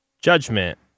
Judgment